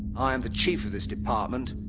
i am the chief of this department.